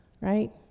right